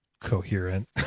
coherent